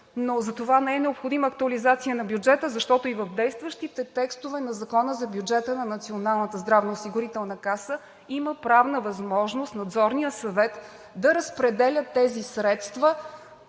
Но за това не е необходима актуализация на бюджета, защото и в действащите текстове на Закона за бюджета на НЗОК има правна възможност Надзорният съвет да разпределя тези средства